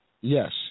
Yes